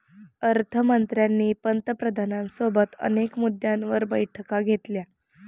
अर्थ मंत्र्यांनी पंतप्रधानांसोबत अनेक मुद्द्यांवर बैठका घेतल्या